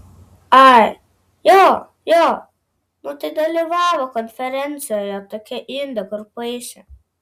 ai jo jo nu tai dalyvavo konferencijoje tokia indė kur paišė